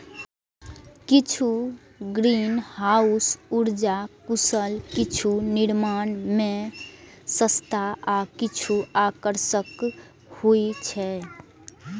किछु ग्रीनहाउस उर्जा कुशल, किछु निर्माण मे सस्ता आ किछु आकर्षक होइ छै